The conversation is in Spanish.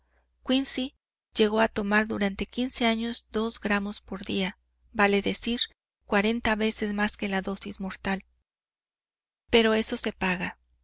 robusto quincey llegó a tomar durante quince años dos gramos por día vale decir cuarenta veces más que la dosis mortal pero eso se paga